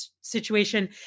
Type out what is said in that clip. situation